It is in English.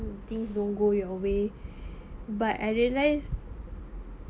things don't go your way but I realised